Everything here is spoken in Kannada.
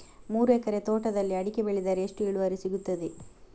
ಮೂರು ಎಕರೆ ತೋಟದಲ್ಲಿ ಅಡಿಕೆ ಬೆಳೆದರೆ ಎಷ್ಟು ಇಳುವರಿ ಸಿಗುತ್ತದೆ?